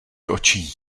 očí